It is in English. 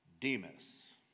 Demas